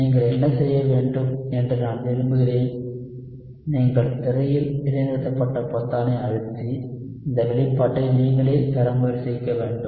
நீங்கள் என்ன செய்ய வேண்டும் என்று நான் விரும்புகிறேன் நீங்கள் திரையில் இடைநிறுத்தப்பட்ட பொத்தானை அழுத்தி இந்த வெளிப்பாட்டை நீங்களே பெற முயற்சிக்க வேண்டும்